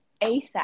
asap